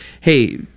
hey